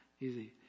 Easy